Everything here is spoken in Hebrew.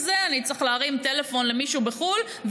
אני צריך להרים טלפון למישהו בחו"ל,